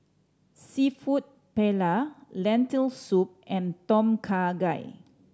Seafood Paella Lentil Soup and Tom Kha Gai